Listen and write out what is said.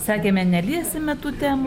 sakėme neliesime tų temų